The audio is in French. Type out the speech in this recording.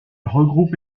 regroupe